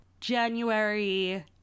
January